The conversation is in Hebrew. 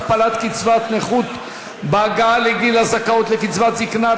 הכפלת קצבת נכות בהגעה לגיל הזכאות לקצבת זיקנה),